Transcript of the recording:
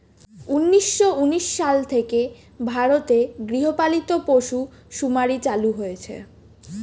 উন্নিশো উনিশ সাল থেকে ভারতে গৃহপালিত পশু শুমারি চালু হয়েছে